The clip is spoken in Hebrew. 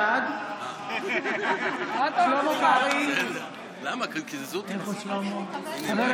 בעד שלמה קרעי, אינו